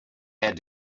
had